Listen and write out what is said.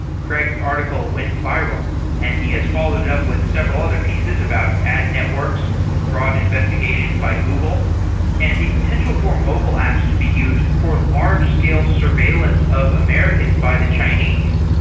craig's article went viral and he has followed it up with several other pieces about ad networks, fraud investigations by google and the potential for mobile apps to be used for large-scale surveillance of americans by the chinese.